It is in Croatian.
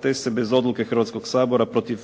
te se bez odluke Hrvatskog sabora protiv